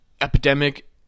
epidemic